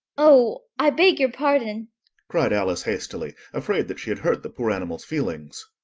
oh, i beg your pardon cried alice hastily, afraid that she had hurt the poor animal's feelings.